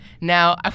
Now